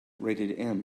rated